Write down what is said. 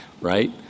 right